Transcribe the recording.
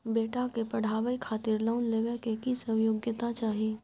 बेटा के पढाबै खातिर लोन लेबै के की सब योग्यता चाही?